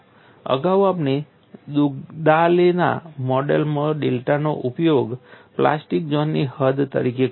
અગાઉ આપણે દુગ્દાલેના મોડેલમાં ડેલ્ટાનો ઉપયોગ પ્લાસ્ટિક ઝોનની હદ તરીકે કર્યો હતો